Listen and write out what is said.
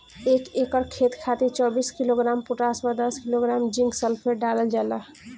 एक एकड़ खेत खातिर चौबीस किलोग्राम पोटाश व दस किलोग्राम जिंक सल्फेट डालल जाला?